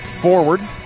forward